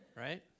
Right